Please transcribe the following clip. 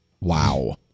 Wow